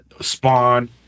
Spawn